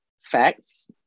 facts